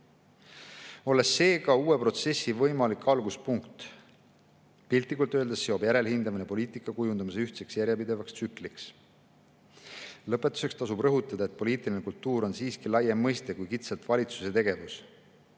olles seega uue protsessi võimalik alguspunkt. Piltlikult öeldes seob järelhindamine poliitikakujundamise ühtseks järjepidevaks tsükliks. Lõpetuseks tasub rõhutada, et poliitiline kultuur on siiski laiem mõiste kui kitsalt valitsuse tegevus.